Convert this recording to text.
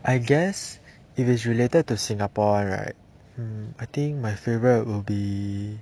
I guess if it's related to singapore [one] right I think my favourite will be